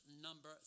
number